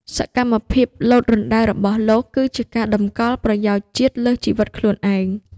សកម្មភាពលោតរណ្ដៅរបស់លោក គឺជាការតម្កល់ប្រយោជន៍ជាតិលើសជីវិតខ្លួនឯង។